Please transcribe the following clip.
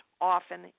often